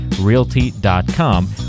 realty.com